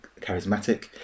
charismatic